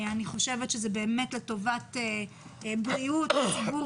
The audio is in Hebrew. אני חושבת שזה באמת לטובת בריאות הציבור